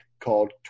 called